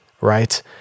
Right